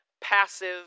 passive